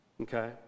okay